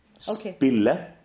Spille